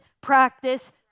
practice